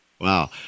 Wow